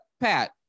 Pat